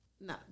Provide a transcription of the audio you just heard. No